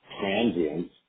transient